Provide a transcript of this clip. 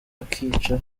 bakica